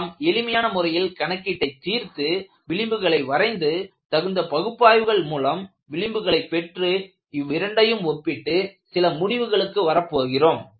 நாம் எளிமையான முறையில் கணக்கீட்டை தீர்த்து விளிம்புகளை வரைந்து தகுந்த பகுப்பாய்வுகள் மூலம் விளிம்புகளை பெற்று இவ்விரண்டையும் ஒப்பிட்டு சில முடிவுகளுக்கு வரப் போகிறோம்